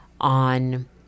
on